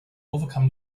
overcome